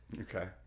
okay